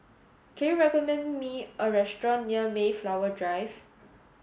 can you recommend me a restaurant near Mayflower Drive